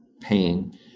paying